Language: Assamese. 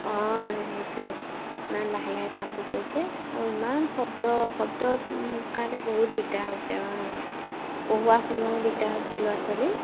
অ সেইটোৱেই ইমান লাহে লাহে কামবোৰ কৰিছে আৰু ইমান শব্দ শব্দ কাৰণে বহুত দিগদাৰ হৈছে অ পঢ়োৱা শুনোৱাও দিগদাৰ হৈছে ল'ৰা ছোৱালীক